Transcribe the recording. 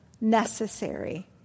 necessary